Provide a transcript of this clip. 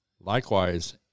Likewise